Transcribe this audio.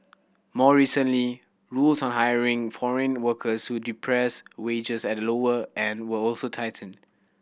more recently rules on hiring foreign workers who depress wages at the lower end were also tightened